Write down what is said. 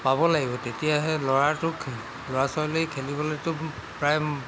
পাব লাগিব তেতিয়াহে ল'ৰাটোক ল'ৰা ছোৱালীক খেলিবলৈতো প্ৰায়